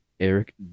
Eric